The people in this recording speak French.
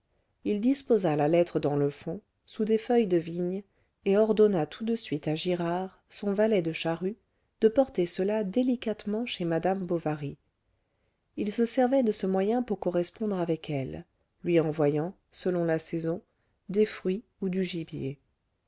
il disposa la lettre dans le fond sous des feuilles de vigne et ordonna tout de suite à girard son valet de charrue de porter cela délicatement chez madame bovary il se servait de ce moyen pour correspondre avec elle lui envoyant selon la saison des fruits ou du gibier